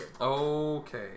Okay